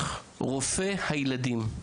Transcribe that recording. ותעבירו מסרים באמצעות רופאי הילדים .